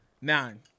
Nine